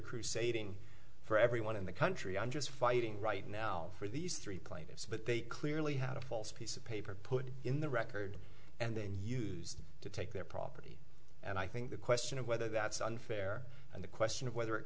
crusading for everyone in the country i'm just fighting right now for these three plaintiffs but they clearly had a false piece of paper put in the record and then used to take their property and i think the question of whether that's unfair and the question of whether it